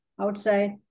outside